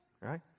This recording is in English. Right